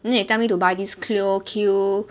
then they tell me to buy this Cleo Q